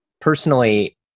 personally